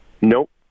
Nope